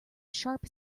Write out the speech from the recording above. sharp